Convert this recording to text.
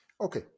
Okay